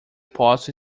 posso